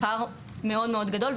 זה פער מאוד מאוד גדול,